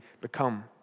become